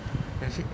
不要 shit